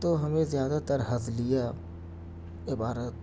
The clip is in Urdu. تو ہمیں زیادہ تر ہزلیہ عبارت